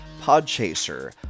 Podchaser